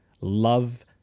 love